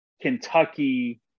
Kentucky